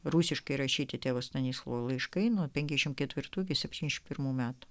rusiškai rašyti tėvo stanislovo laiškai nuo penkiasdešimt ketvirtų iki septyniasdešimt pirmų metų